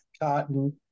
cotton